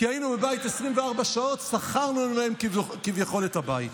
כי היינו בבית 24 שעות, שכרנו להם כביכול את הבית.